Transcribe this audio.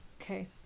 Okay